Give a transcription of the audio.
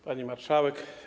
Pani Marszałek!